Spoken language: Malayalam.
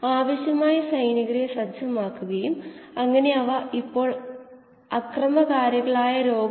ഇവിടെ ആരംഭഘട്ടമോ അടച്ചുപൂട്ടുന്ന അവസ്ഥയോ നമ്മൾ പരിഗണിക്കില്ല സ്ഥിരമായ അവസ്ഥയിൽ മാത്രമേ നമുക്ക് താൽപ്പര്യമുള്ളൂ